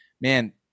man